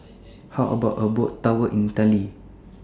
How about A Boat Tour in Italy